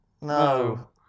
No